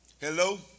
Hello